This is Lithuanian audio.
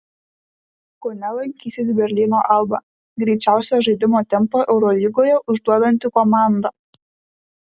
kaune lankysis berlyno alba greičiausią žaidimo tempą eurolygoje užduodanti komanda